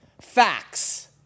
facts